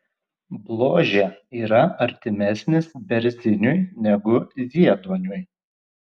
bložė yra artimesnis berziniui negu zieduoniui